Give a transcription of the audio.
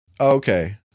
Okay